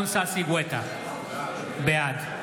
היו"ר אמיר אוחנה: תודה רבה, אדוני.